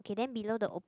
k then below the open